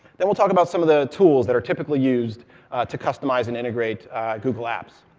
then we'll talk about some of the tools that are typically used to customize and integrate google apps.